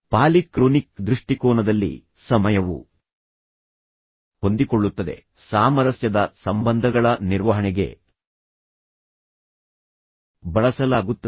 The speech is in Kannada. ಪಾಲಿಕ್ರೋನಿಕ್ ದೃಷ್ಟಿಕೋನದಲ್ಲಿ ಸಮಯವು ಹೊಂದಿಕೊಳ್ಳುತ್ತದೆ ಸಾಮರಸ್ಯದ ಸಂಬಂಧಗಳ ನಿರ್ವಹಣೆಗೆ ಬಳಸಲಾಗುತ್ತದೆ